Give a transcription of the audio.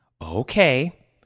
Okay